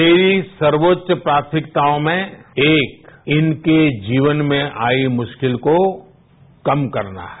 मेरी सर्वोच्च प्राथमिकताओं में एक इनके जीवन में आई मुश्किल को कम करना है